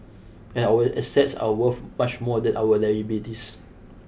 and our assets are worth much more than our liabilities